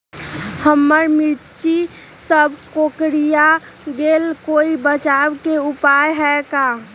हमर मिर्ची सब कोकररिया गेल कोई बचाव के उपाय है का?